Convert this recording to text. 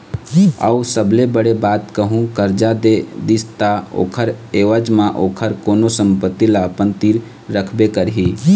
अऊ सबले बड़े बात कहूँ करजा दे दिस ता ओखर ऐवज म ओखर कोनो संपत्ति ल अपन तीर रखबे करही